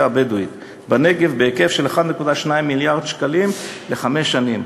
הבדואית בהיקף של 1.2 מיליארד שקלים לחמש שנים.